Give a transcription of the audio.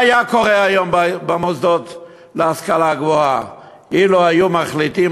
מה היה קורה היום במוסדות להשכלה גבוהה אילו היו מחליטים,